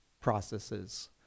processes